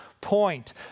point